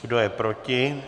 Kdo je proti?